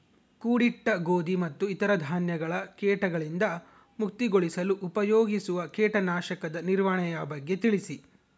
ಕೂಡಿಟ್ಟ ಗೋಧಿ ಮತ್ತು ಇತರ ಧಾನ್ಯಗಳ ಕೇಟಗಳಿಂದ ಮುಕ್ತಿಗೊಳಿಸಲು ಉಪಯೋಗಿಸುವ ಕೇಟನಾಶಕದ ನಿರ್ವಹಣೆಯ ಬಗ್ಗೆ ತಿಳಿಸಿ?